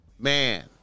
Man